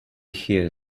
here